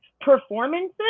performances